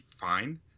fine